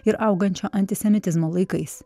ir augančio antisemitizmo laikais